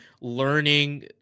learning